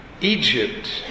Egypt